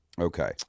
okay